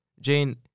Jane